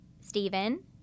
Stephen